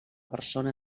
persona